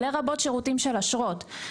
לרבות שירותים של אשרות,